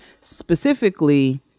specifically